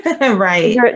Right